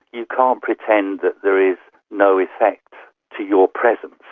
you can't pretend that there is no effect to your presence.